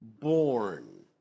born